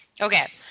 Okay